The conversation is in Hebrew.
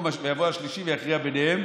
יבוא השלישי ויכריע ביניהם.